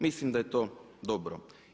Mislim da je to dobro.